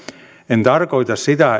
en tarkoita sitä